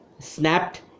snapped